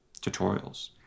tutorials